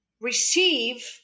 receive